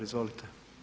Izvolite.